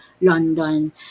London